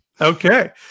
Okay